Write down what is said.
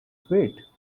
sweet